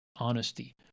honesty